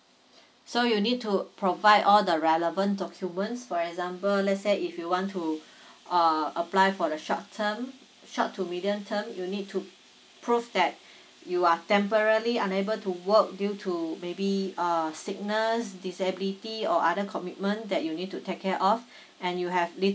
so you need to provide all the relevant documents for example let's say if you want to uh apply for the short term short to medium term you need to prove that you are temporally unable to work due to maybe err sickness disability or other commitment that you need to take care of and you have little